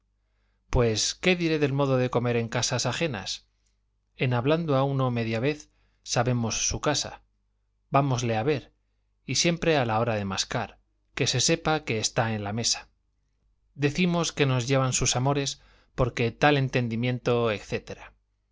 pues qué diré del modo de comer en casas ajenas en hablando a uno media vez sabemos su casa vámosle a ver y siempre a la hora de mascar que se sepa que está en la mesa decimos que nos llevan sus amores porque tal entendimiento